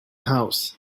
house